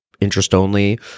interest-only